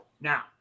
Now